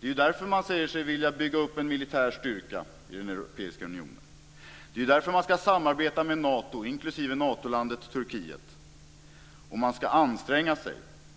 Det är därför som man säger sig vilja bygga upp en militär styrka i den europeiska unionen. Det är därför som man ska samarbeta med Nato, inklusive Natolandet Turkiet. Och man ska anstränga sig,